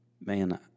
man